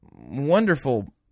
wonderful